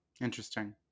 Interesting